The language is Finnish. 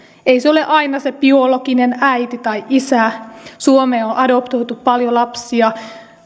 ei se ole aina se biologinen äiti tai isä suomeen on on adoptoitu paljon lapsia